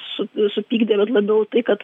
su supykdė bet labiau tai kad